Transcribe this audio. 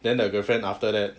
then the girlfriend after that